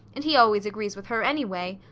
and he always agrees with her anyway!